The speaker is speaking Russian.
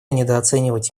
недооценивать